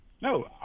No